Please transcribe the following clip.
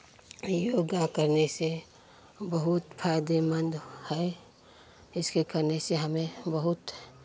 योगा करने से बहुत फायदेमंद है इसके करने से हमें बहुत